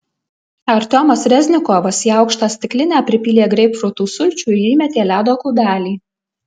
artiomas reznikovas į aukštą stiklinę pripylė greipfrutų sulčių ir įmetė ledo kubelį